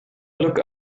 look